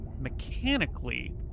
Mechanically